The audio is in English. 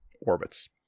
orbits